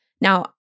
Now